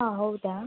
ಹಾಂ ಹೌದಾ